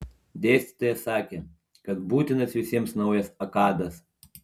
dėstytojas sakė kad būtinas visiems naujas akadas